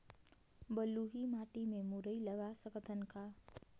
बलुही माटी मे मुरई लगा सकथव का?